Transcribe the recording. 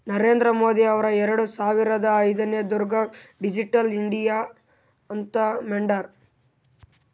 ನರೇಂದ್ರ ಮೋದಿ ಅವ್ರು ಎರಡು ಸಾವಿರದ ಹದಿನೈದುರ್ನಾಗ್ ಡಿಜಿಟಲ್ ಇಂಡಿಯಾ ಅಂತ್ ಮಾಡ್ಯಾರ್